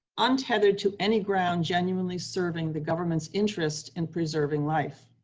untethered to any ground genuinely serving the government's interest in preserving life.